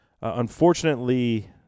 Unfortunately